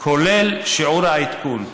כולל שיעור העדכון.